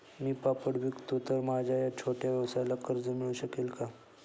मी पापड विकतो तर माझ्या या छोट्या व्यवसायाला कर्ज मिळू शकेल का?